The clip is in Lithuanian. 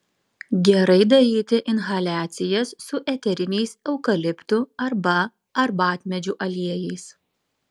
gerai daryti inhaliacijas su eteriniais eukaliptų arba arbatmedžių aliejais